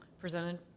presented